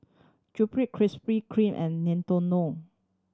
Sunplay Krispy Kreme and Nintendo